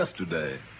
yesterday